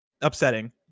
upsetting